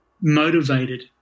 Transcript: motivated